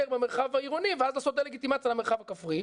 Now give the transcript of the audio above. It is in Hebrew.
מהמרחב העירוני ואז לעשות דה-לגיטימציה למרחב הכפרי,